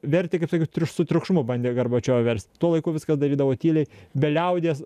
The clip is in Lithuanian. vertė kaip sakant triukš su triukšmu bandė gorbačiovą verst tuo laiku viską darydavo tyliai be liaudies